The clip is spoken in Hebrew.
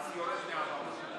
הוא יורד מהבמה.